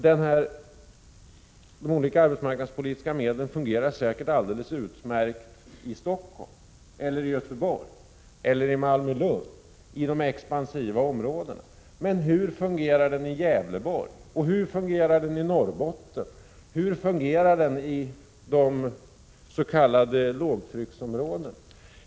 De olika arbetsmarknadspolitiska medlen fungerar säkert alldeles utmärkt i Stockholm och Göteborg eller i Malmö och Lund, dvs. i de expansiva områdena. Men hur fungerar den i Gävleborg, och hur fungerar den i Norrbotten, dvs. i de s.k. lågtrycksområdena?